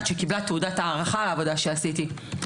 קיבלתי תעודת הערכה על מה שעשיתי כסייעת,